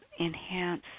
enhance